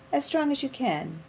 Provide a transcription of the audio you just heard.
as strong as you can,